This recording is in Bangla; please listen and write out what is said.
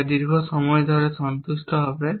যা দীর্ঘ সময় ধরে সন্তুষ্ট হবে